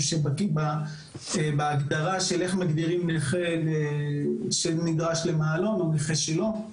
שבקיא בהגדרה של נכה שנדרש למעלון ונכה שלא.